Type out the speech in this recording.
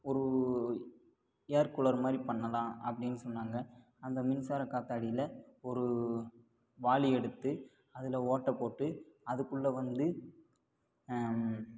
ஒரு air cooler மாதிரி பண்ணலாம் அப்படின்னு சொன்னாங்க அந்த மின்சார காத்தாடியில் ஒரு வாளி எடுத்து அதில் ஓட்டை போட்டு அதுக்குள்ள வந்து